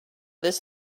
this